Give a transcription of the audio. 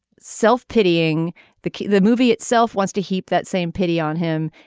self pitying that the movie itself wants to heap that same pity on him.